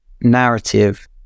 narrative